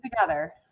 together